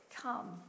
Come